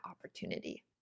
opportunity